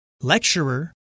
lecturer